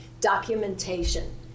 documentation